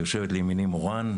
יושבת לימיני מורן,